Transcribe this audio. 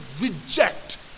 reject